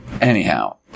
Anyhow